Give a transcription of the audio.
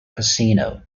casino